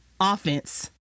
offense